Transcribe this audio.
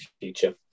future